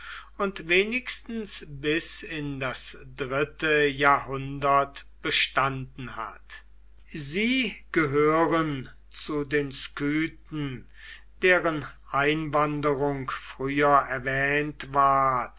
und wenigstens bis in das dritte jahrhundert bestanden hat sie gehören zu den skythen deren einwanderung früher erwähnt ward